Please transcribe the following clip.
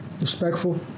Respectful